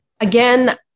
Again